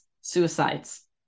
suicides